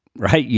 right. yeah